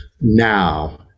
now